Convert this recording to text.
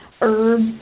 herbs